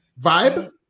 Vibe